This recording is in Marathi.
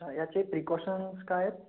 याचे प्रीकॉशन्स काय आहेत